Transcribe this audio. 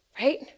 right